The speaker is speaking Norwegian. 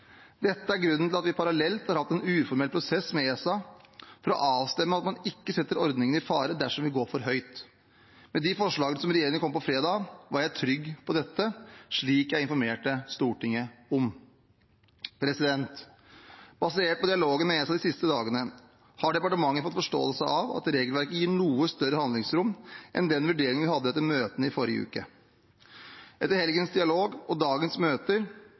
Dette er grunnen til at vi parallelt har hatt en uformell prosess med ESA, for å avstemme at man ikke setter ordningen i fare dersom vi går for høyt. Med de forslagene som regjeringen kom med på fredag, var jeg trygg på dette, slik jeg informerte Stortinget om. Basert på dialogen med ESA de siste dagene har departementet fått forståelse av at regelverket gir noe større handlingsrom enn den vurderingen vi hadde etter møtene i forrige uke. Etter helgens dialog og dagens møter